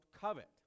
covet